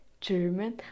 German